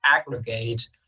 aggregate